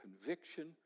conviction